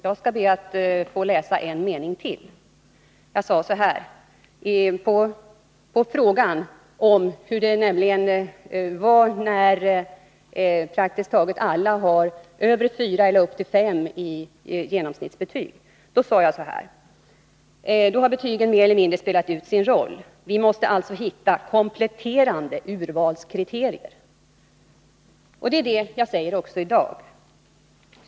Jag skall be att få läsa en mening till. På frågan om hur jag såg på situationen när praktiskt taget alla sökande har över 4 eller upp till 5 i genomsnittsbetyg, sade jag så här: ”Då har betygen mer eller mindre spelat ut sin roll. Vi måste alltså hitta kompletterande urvalskriterier.” — Det är också det jag säger i dag.